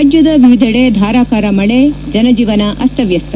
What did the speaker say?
ರಾಜ್ಯದ ವಿವಿಧೆಡೆ ಧಾರಾಕಾರ ಮಳೆ ಜನಜೀವನ ಅಸ್ತವ್ಯಸ್ತ